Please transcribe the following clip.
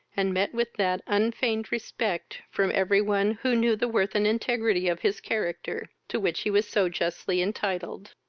and met with that unfeigned respect, from every one who knew the worth and integrity of his character, to which he was so justly entitled.